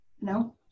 No